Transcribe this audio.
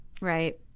right